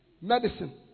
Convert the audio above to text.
medicine